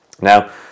Now